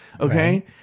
okay